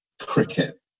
cricket